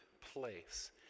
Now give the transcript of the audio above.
place